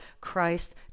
Christ